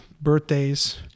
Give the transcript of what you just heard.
birthdays